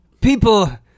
People